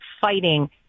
fighting